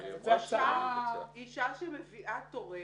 אישה שמביאה תורמת,